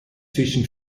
zwischen